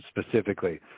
specifically